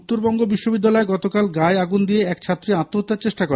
উত্তরবঙ্গ বিশ্ববিদ্যালয়ে গতকাল গায়ে আগুন দিয়ে এক ছাত্রী আত্মহত্যার চেষ্টা করে